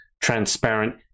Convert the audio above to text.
transparent